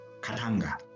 Katanga